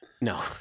No